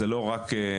זה לא רק חיתולים,